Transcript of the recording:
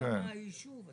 שיודעים מהו היישוב.